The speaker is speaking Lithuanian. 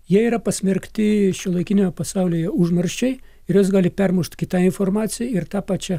jie yra pasmerkti šiuolaikinio pasaulio jau užmarščiai ir juos gali permušt kita informacija ir ta pačia